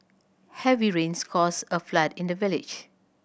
heavy rains caused a flood in the village